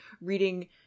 reading